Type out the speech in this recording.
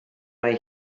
mai